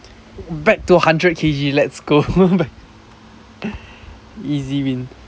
back to hundred K G let's go easy win